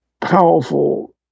powerful